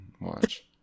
watch